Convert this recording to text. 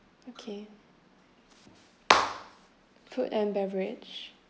okay food and beverage